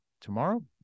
tomorrow